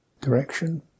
direction